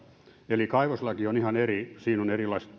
eli kaivoslaki on ihan eri siinä on erilaiset